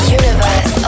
universe